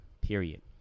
period